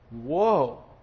Whoa